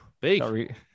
big